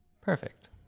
Perfect